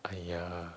!aiya!